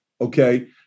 okay